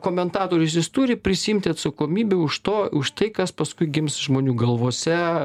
komentatorius jis turi prisiimti atsakomybę už to už tai kas paskui gims žmonių galvose